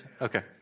Okay